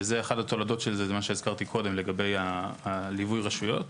וזה אחד התולדות של זה - זה מה שהזכרתי קודם לגבי ליווי הרשויות.